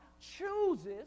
chooses